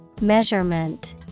Measurement